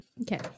Okay